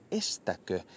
estäkö